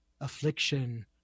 Affliction